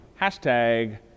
hashtag